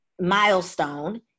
milestone